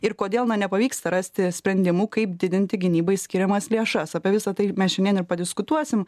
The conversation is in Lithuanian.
ir kodėl na nepavyksta rasti sprendimų kaip didinti gynybai skiriamas lėšas apie visa tai mes šiandien ir padiskutuosim